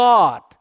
God